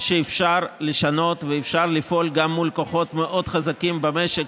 שאפשר לשנות ואפשר לפעול גם מול כוחות חזקים מאוד במשק,